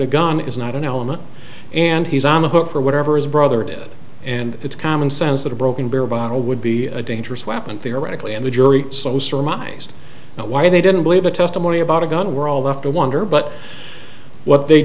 a gun is not an element and he's on the hook for whatever his brother it and it's common sense that a broken beer bottle would be a dangerous weapon theoretically and the jury so surmised why they didn't believe the testimony about a gun were all left to wonder but what they